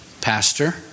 pastor